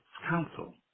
Council